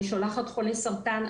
אני שולחת חולי סרטן,